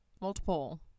multiple